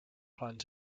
planned